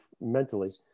mentally